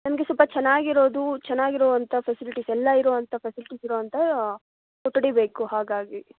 ನಮಗೆ ಸ್ವಲ್ಪ ಚೆನ್ನಾಗಿರೋದು ಚೆನ್ನಾಗಿರುವಂಥ ಫೆಸಿಲಿಟೀಸ್ ಎಲ್ಲ ಇರುವಂಥ ಫೆಸಿಲಿಟೀಸ್ ಇರುವಂಥ ಕೊಠಡಿ ಬೇಕು ಹಾಗಾಗಿ